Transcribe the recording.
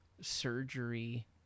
surgery